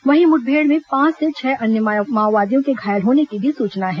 वहीं मुठभेड़ में पांच से छह अन्य माओवादियों के घायल होने की भी सूचना है